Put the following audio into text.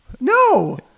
no